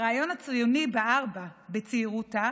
הרעיון הציוני בער בה בצעירותה